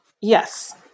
Yes